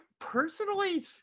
personally